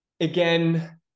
again